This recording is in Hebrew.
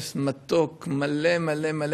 סדר-היום.